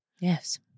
Yes